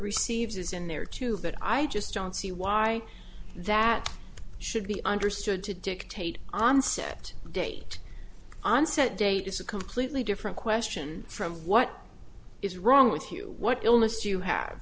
receives is in there too but i just don't see why that should be understood to dictate onset date onset date it's a completely different question from what is wrong with you what illness you have